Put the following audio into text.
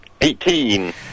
Eighteen